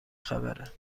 خبره